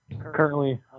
currently